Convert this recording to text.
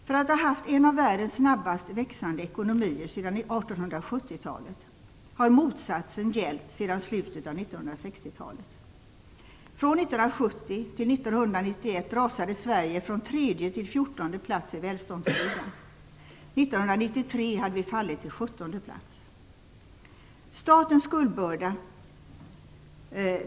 Från att ha haft en av världens snabbast växande ekonomier sedan 1870-talet har motsatsen gällt sedan slutet av 1960-talet. Från 1970 till 1991 rasade Sverige från tredje till fjortonde plats i välståndsligan. 1993 hade vi fallit till sjuttonde plats.